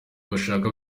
bashaka